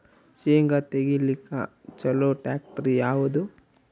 ಶೇಂಗಾ ತೆಗಿಲಿಕ್ಕ ಚಲೋ ಟ್ಯಾಕ್ಟರಿ ಯಾವಾದು?